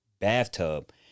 bathtub